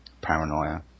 paranoia